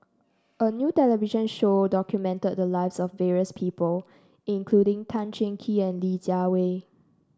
a new television show documented the lives of various people including Tan Cheng Kee and Li Jiawei